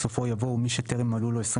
בסופו יבוא "ומי שטרם מלאו לו 21